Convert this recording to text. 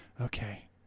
okay